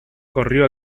corrió